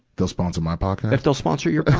they'll sponsor my podcast? if they'll sponsor your